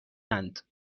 اند